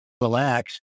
relax